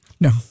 No